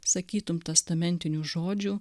sakytum testamentinių žodžių